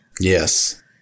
Yes